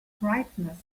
brightness